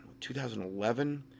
2011